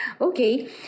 Okay